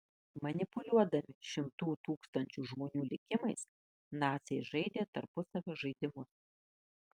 manipuliuodami šimtų tūkstančių žmonių likimais naciai žaidė tarpusavio žaidimus